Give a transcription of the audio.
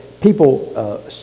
people